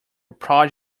project